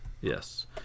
Yes